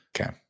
Okay